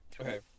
Okay